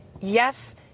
yes